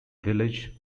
village